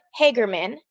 Hagerman